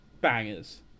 bangers